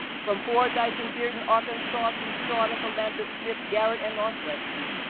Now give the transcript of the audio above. from fordyce and bearden, arkansas, through shaw to philander smith, garrett and northwestern,